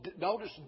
notice